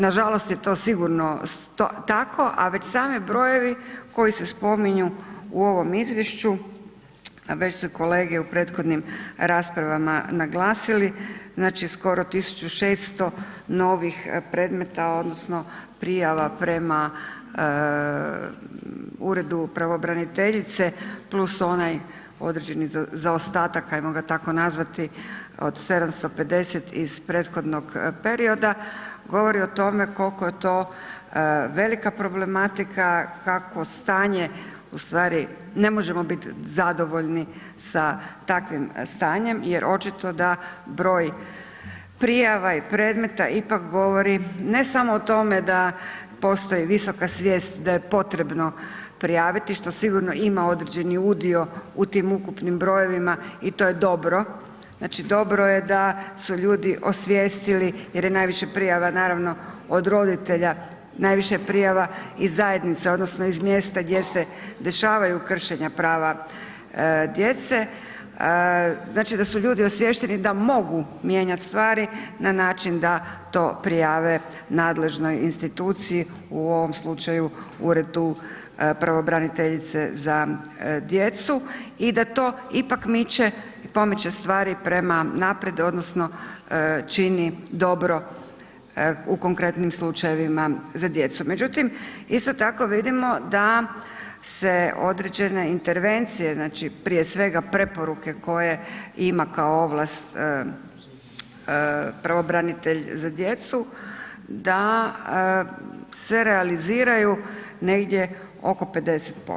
Nažalost je to sigurno tako a već sami brojevi koji se spominju u ovom izvješću a već su kolege u prethodnim raspravama naglasili, znači skoro 1600 novih predmeta odnosno prijava prema uredu pravobraniteljice plus onaj određeni zaostatak, ajmo ga tako nazvati od 750 iz prethodnog perioda, govori o tome koliko je to velika problematika, kako stanje ustvari ne možemo bit zadovoljni sa takvim stanjem jer očito da broj prijava i predmeta ipak govori ne samo o tome da postoji visoka svijest da je potrebno prijaviti što sigurno ima određeni udio u tim ukupnim brojevima i to je dobro, znači dobro je da su ljudi osvijestili jer je najviše prijava naravno od roditelja, naviše je prijava i zajednica odnosno iz mjesta gdje se dešavaju kršenja prava djece, znači da su ljudi osviješteni da mogu mijenjati stvari na način da to prijave nadležnoj instituciji u ovom slučaju Uredu pravobraniteljice za djecu i da to ipak miče i pomiče stvari prema naprijed odnosno čini dobro u konkretnim slučajevima za djecu međutim isto tako vidimo da se intervencije, znači prije svega preporuke koje ima kao ovlast pravobranitelj za djecu da se realiziraju negdje oko 50%